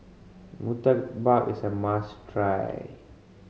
murtabak is a must try